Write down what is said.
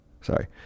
sorry